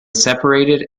separated